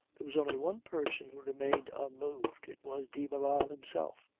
there was only one person who remained unmoved. it was de barral himself.